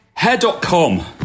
Hair.com